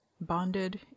bonded